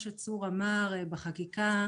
ריח.